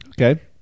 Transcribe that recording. Okay